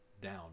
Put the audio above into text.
down